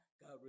God